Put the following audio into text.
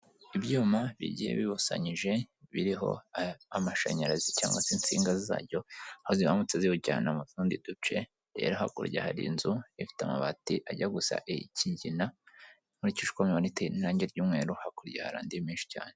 Ibyuma bigiye bibusanyije biriho amashanyarazi cyangwa se insinga zabyo, aho zizamutse ziwujyana mu tundi duce rero hakurya hari inzu ifite amabati ajya gusa ikigina, nkurikije uko nyibona iteye n'irangi ry'umweru hakurya hari andi menshi cyane.